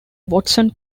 watson